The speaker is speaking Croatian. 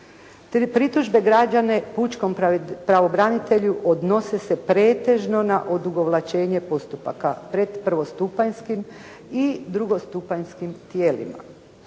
… građane pravobranitelju odnose se pretežno na odugovlačenje postupaka, pred prvostupanjskim i drugostupanjskim tijelima